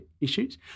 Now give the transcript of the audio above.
issues